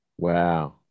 Wow